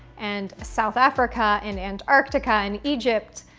and south africa, and antarctica, and egypt.